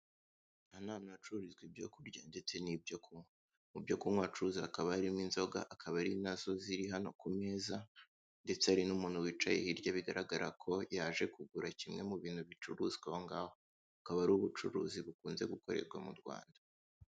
Ahantu hacurururizwa ibyo kurya ndetse n'ibyo kunywa. Mu byo kunywa acuruza ha akaba harimo inzoga, akaba ari nazo ziri hano ku meza ndetse hari n'umuntu wicaye hirya bigaragara ko yaje kugura kimwe mu bintu bicuruzwa aho ngaho, akaba ari ubucuruzi bukunze gukorerwa mu Rwanda.